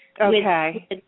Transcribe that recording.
Okay